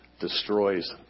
destroys